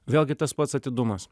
vėlgi tas pats atidumas